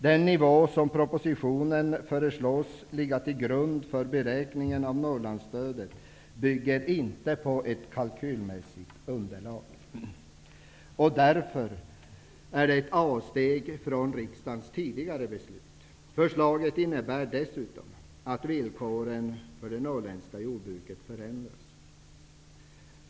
Den nivå som i propositionen föreslås ligga till grund för beräkningen av Norrlandstödet bygger inte på ett kalkylmässigt underlag. Därför är det ett avsteg från riksdagens tidigare beslut. Förslaget innebär dessutom att villkoren för det norrländska jordbruket förändras.